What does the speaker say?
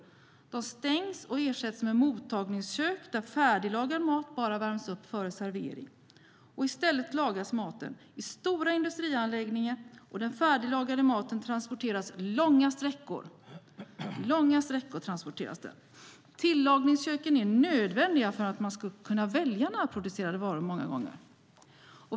De stängs och ersätts med mottagningskök där färdiglagad mat bara värms upp före servering. I stället lagas maten i stora industrianläggningar, och den färdiglagade maten transporteras långa sträckor. Tillagningsköken är många gånger nödvändiga för att man ska kunna välja närproducerade varor.